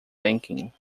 banking